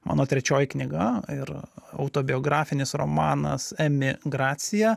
mano trečioji knyga ir autobiografinis romanas emigracija